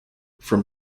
from